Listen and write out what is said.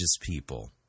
people